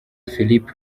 philippe